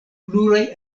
pluraj